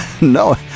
no